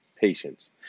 patients